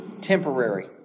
temporary